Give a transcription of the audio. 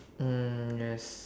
mm yes